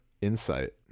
insight